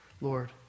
Lord